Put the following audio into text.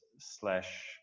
slash